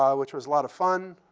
um which was a lot of fun,